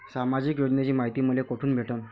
सामाजिक योजनेची मायती मले कोठून भेटनं?